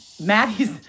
maddie's